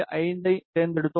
5 ஐ தேர்ந்தெடுத்தோம்